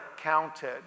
counted